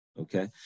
okay